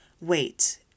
wait